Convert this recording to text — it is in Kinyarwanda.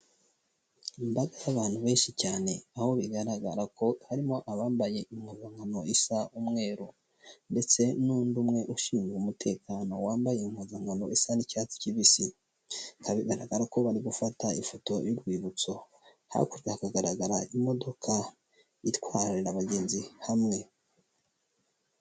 Imbaga y'abantu beshi cyane aho bigaragara ko harimo abambaye impuzankano isa umweru ndetse n'undi umwe ushinzwe umutekano wambaye impuzankano isa n'icyatsi kibisi, bikaba bigaragara ko bari gufata ifoto y'urwibutso, hakurya hakagaragara imodoka itwarira abagenzi hamwe.